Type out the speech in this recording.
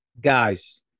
guys